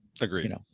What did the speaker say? Agreed